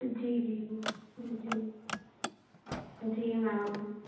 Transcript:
جی جی جی جی میم